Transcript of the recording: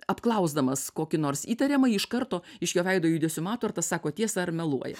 apklausdamas kokį nors įtariamąjį iš karto iš jo veido judesių mato ar tas sako tiesą ar meluoją